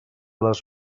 les